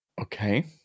okay